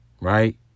Right